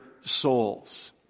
souls